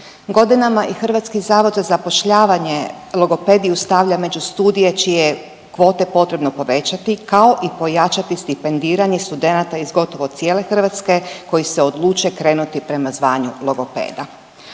Godinama i Hrvatski zavod za zapošljavanje logopediju stavlja među studije čije kvote potrebno povećati, kao i pojačati, kao i pojačati stipendiranje studenata iz gotovo cijele Hrvatske koji se odluče krenuti prema zvanju logopeda.